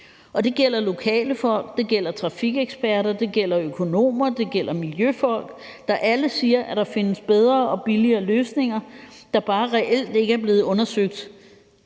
og det gælder lokale folk, det gælder trafikeksperter, det gælder økonomer, og det gælder miljøfolk, der alle siger, at der findes bedre og billigere løsninger, der bare reelt ikke er blevet undersøgt